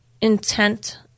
intent